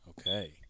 Okay